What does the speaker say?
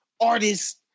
artists